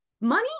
money